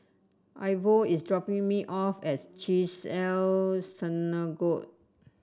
Ivor is dropping me off at Chesed El Synagogue